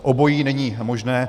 Obojí není možné.